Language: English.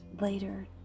later